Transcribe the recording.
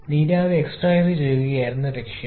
നീരാവി എക്സ്ട്രാക്റ്റുചെയ്യുകയായിരുന്നു ലക്ഷ്യം